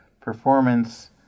performance